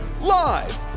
Live